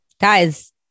Guys